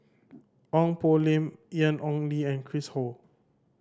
Ong Poh Lim Ian Ong Li and Chris Ho